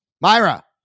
Myra